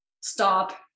stop